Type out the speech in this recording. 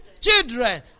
children